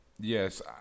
Yes